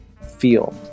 feel